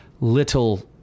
little